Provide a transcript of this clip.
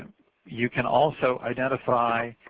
you can also identify